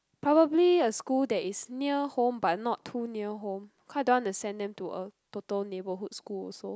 probably a school that is near home but not too near home cause I don't want to send them to a total neighbourhood school also